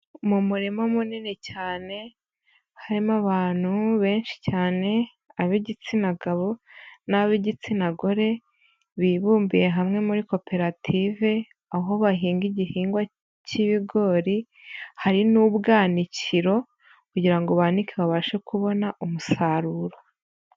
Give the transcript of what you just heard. Mu murima munini cyane harimo abantu benshi cyane ab'igitsina gabo n'ab'igitsina gore, bibumbiye hamwe muri koperative, aho bahinga igihingwa k'ibigori hari n'ubwanikiro, kugira ngo banike babashe kubona umusaruro.